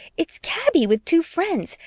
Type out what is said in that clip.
it's kaby with two friends.